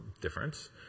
difference